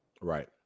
right